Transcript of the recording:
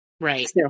Right